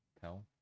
tell